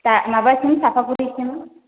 दा माबासिम सापागुरिसिम